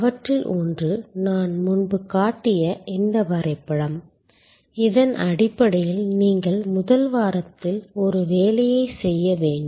அவற்றில் ஒன்று நான் முன்பு காட்டிய இந்த வரைபடம் இதன் அடிப்படையில் நீங்கள் முதல் வாரத்தில் ஒரு வேலையைச் செய்ய வேண்டும்